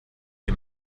die